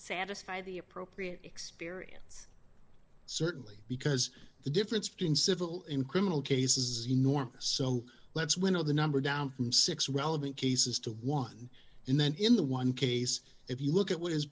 satisfy the appropriate experience certainly because the difference between civil in criminal cases enormous so let's winnow the number down from six relevant cases to one and then in the one case if you look at what his